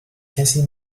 کسی